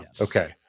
Okay